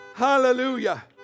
Hallelujah